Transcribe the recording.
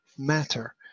matter